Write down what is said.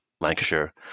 Lancashire